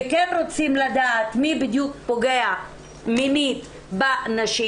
וכן רוצים לדעת מי בדיוק פוגע מינית בנשים.